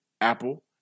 apple